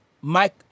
Mike